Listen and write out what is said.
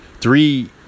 three